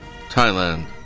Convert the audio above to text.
Thailand